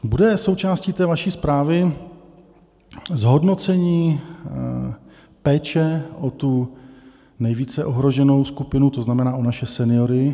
Bude součástí té vaší zprávy zhodnocení péče o tu nejvíce ohroženou skupinu, to znamená, o naše seniory?